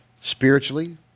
Spiritually